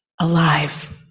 alive